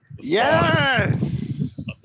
Yes